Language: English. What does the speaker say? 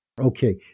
Okay